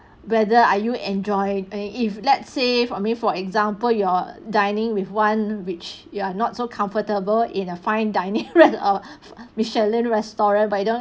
whether are you enjoy if let's say I mean for example you're dining with one which you are not so comfortable in a fine dining than a michelin restaurant but you don't